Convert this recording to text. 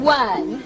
one